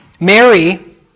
Mary